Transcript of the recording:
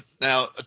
Now